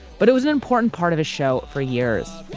but it was an important part of his show for years.